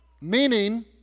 meaning